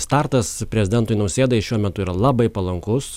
startas prezidentui nausėdai šiuo metu yra labai palankus